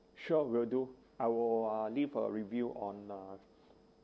sure will do I will uh leave a review on uh